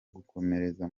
gukomereza